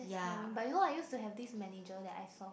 it's tiring but you know I used to have this manager that I saw